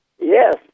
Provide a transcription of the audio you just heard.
Yes